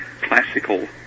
classical